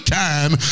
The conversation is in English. time